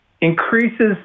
increases